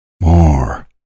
More